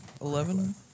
eleven